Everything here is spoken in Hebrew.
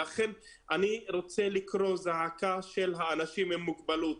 לכן אני רוצה לקרוא זעקה של האנשים עם מוגבלות.